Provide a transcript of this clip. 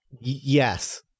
Yes